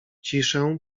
ciszę